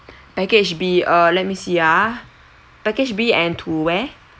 package B uh let me see ah package B and to where